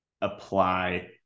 apply